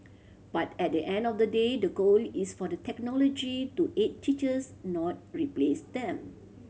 but at the end of the day the goal is for the technology to aid teachers not replace them